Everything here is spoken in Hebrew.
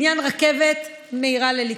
בעניין רכבת מהירה לליקית.